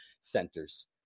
centers